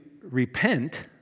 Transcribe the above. repent